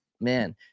man